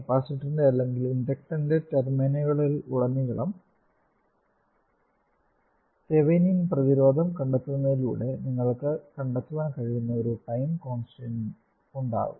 കപ്പാസിറ്ററിന്റെ അല്ലെങ്കിൽ ഇൻഡക്ടറിന്റെ ടെർമിനലുകളിലുടനീളം തെവേനിൻ പ്രതിരോധം കണ്ടെത്തുന്നതിലൂടെ നിങ്ങൾക്ക് കണ്ടെത്താൻ കഴിയുന്ന ഒരു ടൈം കോൺസ്റ്സ്ൻറെ ഉണ്ടാകും